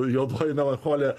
juodoji melancholija